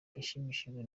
yashimishijwe